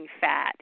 fat